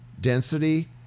density